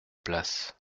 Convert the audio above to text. place